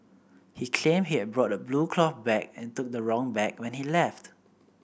he claimed he had brought a blue cloth bag and took the wrong bag when he left